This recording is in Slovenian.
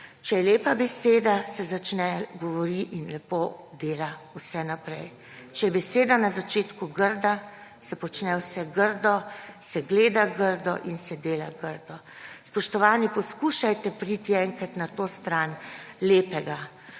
Če je lepa beseda, se govori in lepo dela vse naprej. Če je beseda na začetku grda, se počne vse grdo, se gleda grdo in se dela grdo.« Spoštovani, poskušajte priti enkrat na to stran lepega.